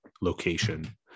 location